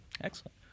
Excellent